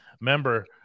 member